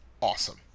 awesome